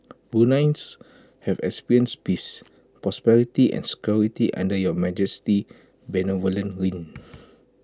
Bruneians have experienced peace prosperity and security under your Majesty's benevolent reign